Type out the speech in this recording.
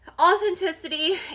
authenticity